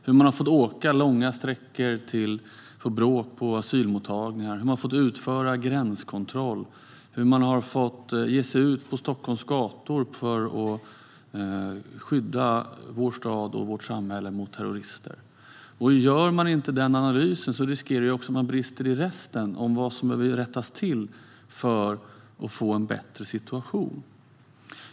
Polisen har fått åka långa sträckor till bråk på asylmottagningar, utföra gränskontroll, ge sig ut på Stockholms gator för att skydda vår stad och vårt samhälle mot terrorister. Gör man inte den analysen riskerar man också att brista i resten - vad som behöver rättas till för att få en bättre situation.